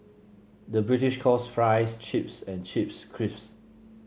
the British calls fries chips and chips crisps